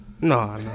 No